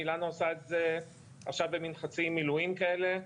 אילנה עושה את זה עכשיו במן חצי מילואים כאלה,